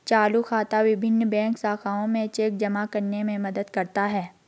चालू खाता विभिन्न बैंक शाखाओं में चेक जमा करने में मदद करता है